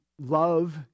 love